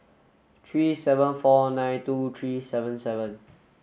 three seven four nine two three seven seven